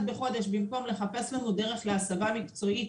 בחודש במקום לחפש לנו דרך להסבה מקצועית,